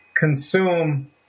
consume